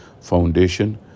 foundation